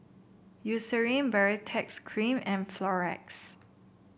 Eucerin Baritex Cream and Floxia